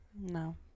No